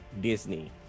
Disney